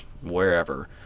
wherever